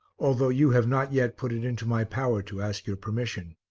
although you have not yet put it into my power to ask your permission.